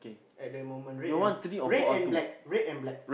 at the moment red and red and black red and black